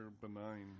benign